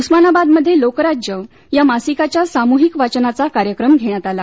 उस्मानाबादमध्ये लोकराज्य या मासिकाच्या सामूहिक वाचनाचा कार्यक्रम घेण्यात आला